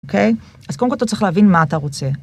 אוקיי? אז קודם כל, אתה צריך להבין מה אתה רוצה.